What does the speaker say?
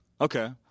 Okay